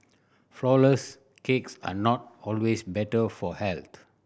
flourless cakes are not always better for health